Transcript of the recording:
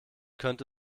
könnte